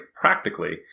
practically